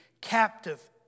captive